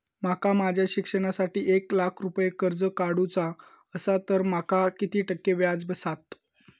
माका माझ्या शिक्षणासाठी एक लाख रुपये कर्ज काढू चा असा तर माका किती टक्के व्याज बसात?